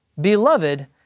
Beloved